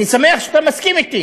אני שמח שאתה מסכים אתי,